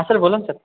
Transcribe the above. हा सर बोला ना सर